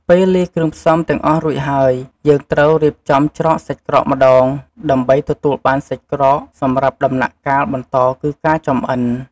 ពេលលាយគ្រឿងផ្សំទាំងអស់រួចហើយ យើងត្រូវរៀបចំច្រកសាច់ក្រកម្តង ដើម្បីទទួលបានសាច់ក្រក សម្រាប់ដំណាក់កាលបន្តគឺការចម្អិន។